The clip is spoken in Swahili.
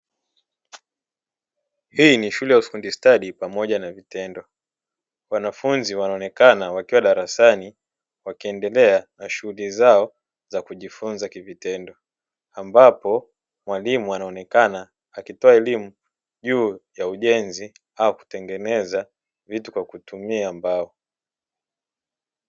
Hii ni shule ya ufundi stadi pamoja na vitendo. Wanafunzi wanaonekana wakiwa darasani, wakiendelea na shughuli zao za kujifunza kwa kivitendo, ambapo mwalimu anaonekana akitoa elimu juu ya ujenzi, au kutengeneza vitu kwa kutumia mbao.